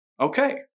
Okay